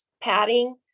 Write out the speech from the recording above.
padding